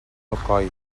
alcoi